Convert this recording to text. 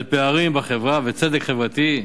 על פערים בחברה וצדק חברתי.